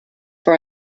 for